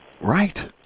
Right